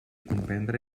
comprendre